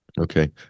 okay